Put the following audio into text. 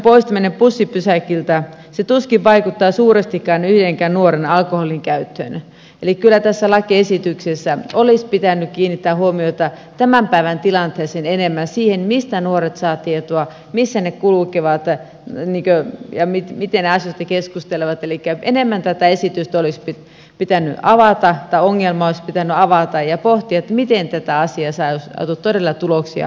kaljamainoksen poistaminen bussipysäkiltä tuskin vaikuttaa suurestikaan yhdenkään nuoren alkoholinkäyttöön eli kyllä tässä lakiesityksessä olisi pitänyt kiinnittää huomiota tämän päivän tilanteeseen enemmän siihen mistä nuoret saavat tietoa missä he kulkevat ja miten he asioista keskustelevat elikkä enemmän tätä esitystä olisi pitänyt avata tämä ongelma olisi pitänyt avata ja pohtia miten tässä asiassa olisi saatu todella tuloksia aikaiseksi